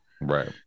Right